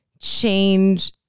change